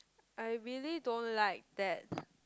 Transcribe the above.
I really don't like that